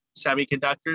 semiconductors